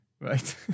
Right